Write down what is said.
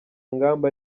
ngamba